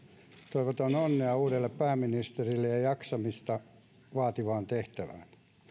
toivotan onnea uudelle pääministerille ja ja jaksamista vaativaan tehtävään